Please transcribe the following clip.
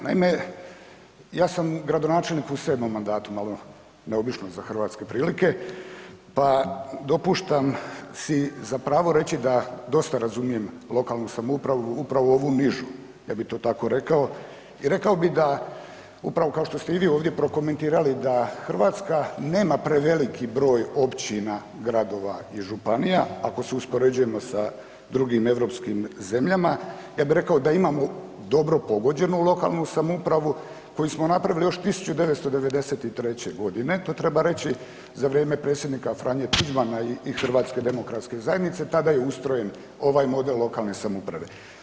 Naime, ja sam gradonačelnik u 7. mandatu, malo neobično za hrvatske prilike, pa dopuštam si zapravo reći da dosta razumijem lokalnu samoupravu, upravo ovu nižu, ja bi to tako rekao i rekao bi da upravo kao što ste i vi ovdje prokomentirali da Hrvatska nema preveliki broj općina, gradova i županija ako se uspoređujemo sa drugim europskim zemljama, ja bi rekao da imamo dobro pogođenu lokalnu samoupravu koju smo napravili još 1993. g., to treba reći, za vrijeme Predsjednika Franje Tuđmana i HDZ-a, tada je ustrojen ovaj model lokalne samouprave.